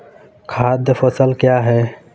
खाद्य फसल क्या है?